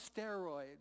steroids